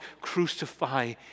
crucify